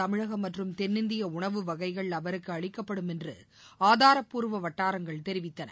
தமிழகம் மற்றும் தென்னிந்திய உணவு வகைகள் அவருக்கு அளிக்கப்படும் என்று ஆதாரப்பூர்வ வட்டாரங்கள் தெரிவித்தன